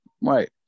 Right